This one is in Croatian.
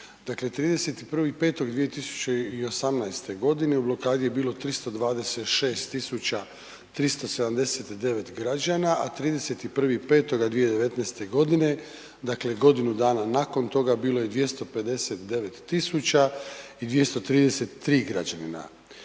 31.5.2018. godine u blokadi je bilo 326 tisuća 379 građana a 31.5.2019. godine, dakle godinu dana nakon toga bilo je 259 tisuća i 233 građanina.